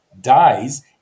dies